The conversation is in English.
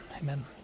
Amen